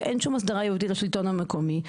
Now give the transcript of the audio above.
ואין שום אסדרה ייעודית לשלטון המקומי,